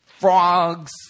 frogs